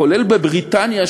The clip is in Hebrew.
כולל בבריטניה,